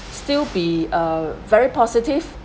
still be err very positive